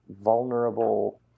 vulnerable